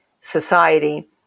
society